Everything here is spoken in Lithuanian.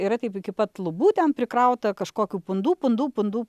yra kaip iki pat lubų ten prikrauta kažkokių pundų pundų pundų